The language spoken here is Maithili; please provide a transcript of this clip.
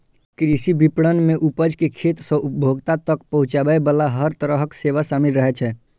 कृषि विपणन मे उपज कें खेत सं उपभोक्ता तक पहुंचाबे बला हर तरहक सेवा शामिल रहै छै